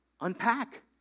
unpack